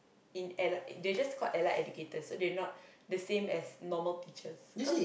in Allied they're just called Allied-Educators so they're not the same as normal teachers cause